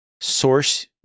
source